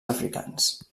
africans